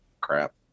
Crap